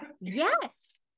Yes